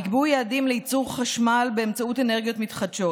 נקבעו יעדים לייצור חשמל באמצעות אנרגיות מתחדשות.